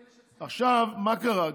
עכשיו, מה קרה?